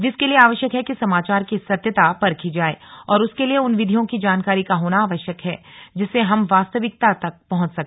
जिसके लिए आवश्यक है कि समाचार की सत्यता परखी जाय और उसके लिये उन विधियों की जानकारी का होना आवश्यक है जिससे हम वास्तविकता तक पंहुच सके